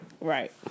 Right